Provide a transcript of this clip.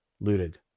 looted